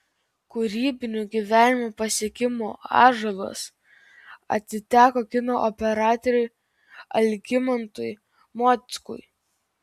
kūrybinių gyvenimo pasiekimų ąžuolas atiteko kino operatoriui algimantui mockui